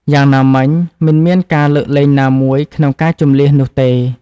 យ៉ាងណាមិញ មិនមានការលើកលែងណាមួយក្នុងការជម្លៀសនោះទេ។